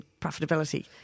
profitability